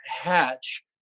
Hatch